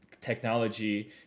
technology